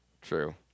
True